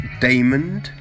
Damon